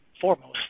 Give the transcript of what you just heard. foremost